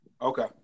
okay